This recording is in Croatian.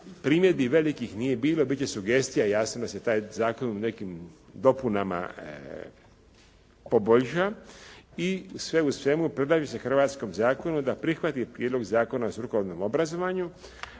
Primjedbi velikih nije bilo, niti sugestija, jasno da se taj zakon u nekim dopunama poboljša. I sve u svemu predlaže se hrvatskom zakonu da prihvati prijedlog Zakona o strukovnom obrazovanju,